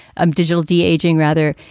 um digital d aging rather.